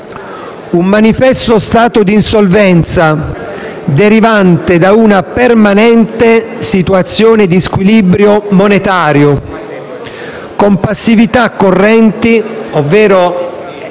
un manifesto stato di insolvenza derivante da una permanente situazione di squilibrio monetario, con passività correnti, ovvero